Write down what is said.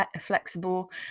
flexible